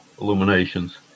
illuminations